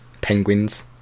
Penguins